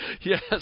Yes